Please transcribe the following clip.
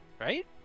right